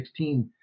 16